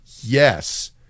Yes